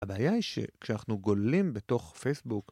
‫הבעיה היא שכשאנחנו גוללים ‫בתוך פייסבוק...